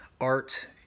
art